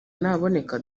naboneka